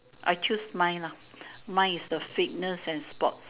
I choose mine lah mine is the fitness and sports